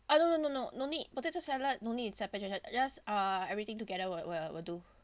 uh no no no no no need potato salad no need separated just uh everything together will will will do